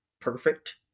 perfect